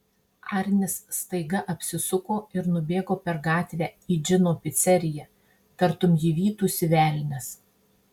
arnis staiga apsisuko ir nubėgo per gatvę į džino piceriją tartum jį vytųsi velnias